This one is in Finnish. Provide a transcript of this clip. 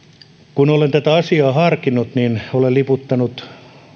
kun olen tätä asiaa harkinnut niin olen liputtanut